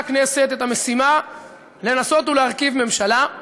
הכנסת את המשימה לנסות ולהרכיב ממשלה,